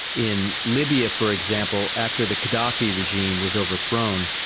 in libya for example after the gaddafi regime was overthrown,